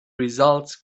results